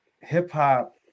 hip-hop